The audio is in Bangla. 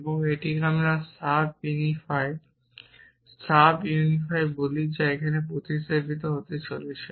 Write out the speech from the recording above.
এবং এটিকে সাব ইউনিফাই বলি যা এটি প্রতিস্থাপন হতে চলেছে